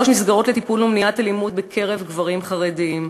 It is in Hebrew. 3. מסגרות לטיפול ולמניעת אלימות בקרב גברים חרדים.